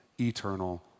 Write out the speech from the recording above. eternal